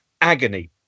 agony